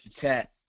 chat